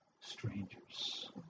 strangers